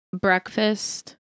breakfast